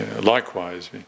Likewise